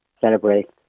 celebrate